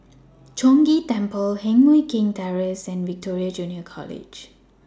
Chong Ghee Temple Heng Mui Keng Terrace and Victoria Junior College